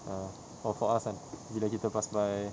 ah for for us kan bila kita pass by